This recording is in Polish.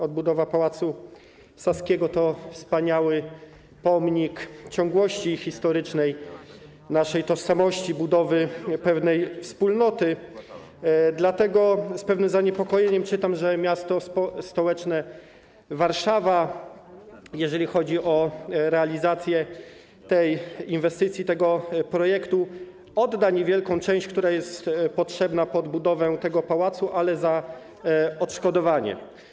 Odbudowa Pałacu Saskiego to wspaniały pomnik ciągłości historycznej, naszej tożsamości, budowa pewnej wspólnoty, dlatego z pewnym zaniepokojeniem czytam, że miasto stołeczne Warszawa na realizację tej inwestycji, tego projektu odda niewielką część, która jest potrzebna pod budowę tego pałacu, ale wiąże to z odszkodowaniem.